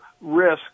risk